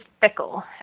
fickle